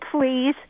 please